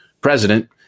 president